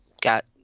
got